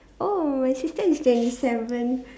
oh my sister is twenty seven